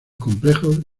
complejos